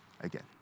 again